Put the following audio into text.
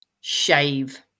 shave